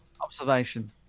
observation